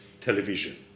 television